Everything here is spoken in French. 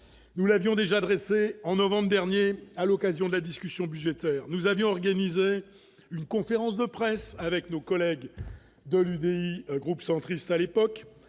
nous l'avions déjà dressé en novembre dernier à l'occasion de la discussion budgétaire, nous avions organisé une conférence de presse avec nos collègues de l'idée, un groupe centriste à l'époque